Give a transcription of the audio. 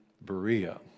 Berea